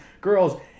girls